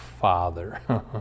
father